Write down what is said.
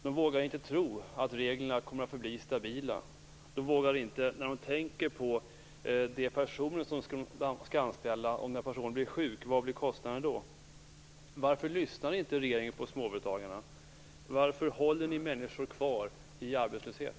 De vågar inte tro att reglerna kommer att förbli stabila. När de tänker på de personer de skall anställa och om dessa personer blir sjuka undrar de vad kostnaden skall bli. Varför lyssnar inte regeringen på småföretagarna? Varför håller regeringen människor kvar i arbetslöshet?